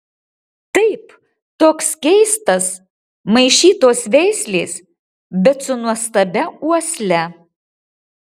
taip toks keistas maišytos veislės bet su nuostabia uosle